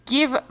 Give